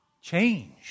change